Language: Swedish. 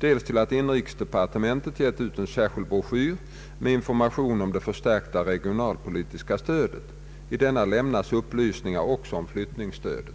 dels till att inrikesdepartementet gett ut en särskild broschyr med information om det förstärkta regionalpolitiska stödet. I denna lämnas upplysningar också om flyttningsstödet.